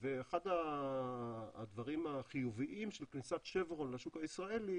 ואחד הדברים החיוביים של כניסת 'שברון' לשוק הישראלי